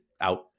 out